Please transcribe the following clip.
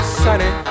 sunny